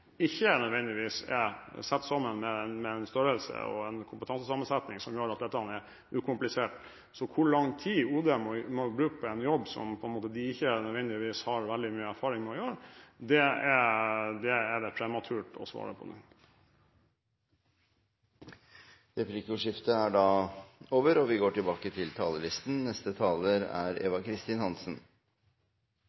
ikke nødvendigvis har en størrelse og en kompetansesammensetning som gjør at dette er ukomplisert. Så hvor lang tid OD må bruke på en jobb som de ikke nødvendigvis har veldig mye erfaring med å gjøre, er det prematurt å svare på nå. Replikkordskiftet er over. Saken om elektrifisering av Utsirahøyden har fått mye oppmerksomhet, fordi mange har vært engasjert i saken, det har vært interessante politiske konstellasjoner, spekulasjoner og diskusjoner om tall og kostnader. Men hva er